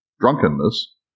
drunkenness